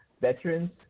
veterans